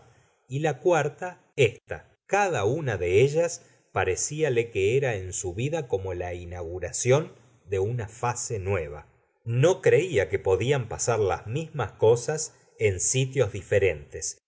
y la cuarta ésta cada una de ellas pareciale que era en su vida como la inauguración de una fase nueva no creía que podían pasar las mismas cosas en sitios diferentes